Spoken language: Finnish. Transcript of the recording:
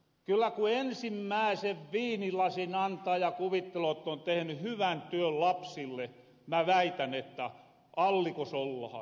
kyllä ku ensimmääsen viinilasin antaa ja kuvitteloo et on tehny hyvän työn lapsille mä väitän että allikos ollahan